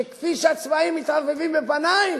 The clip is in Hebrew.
שכפי שהצבעים מתערבבים בפני,